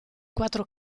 quattro